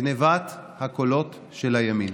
גנבת הקולות של הימין.